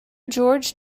george